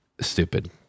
Stupid